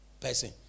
person